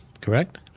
correct